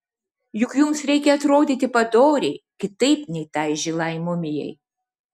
juk jums reikia atrodyti padoriai kitaip nei tai žilai mumijai